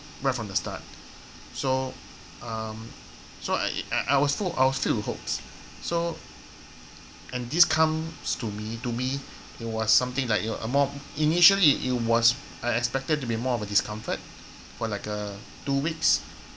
right from the start so um so I I I was full I was filled with hopes so and this comes to me to me it was something like you a more initially it was I expected to be more of a discomfort for like uh two weeks